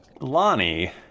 Lonnie